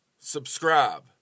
Subscribe